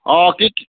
অ কি